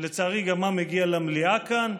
ולצערי מה מגיע גם למליאה כאן?